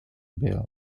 build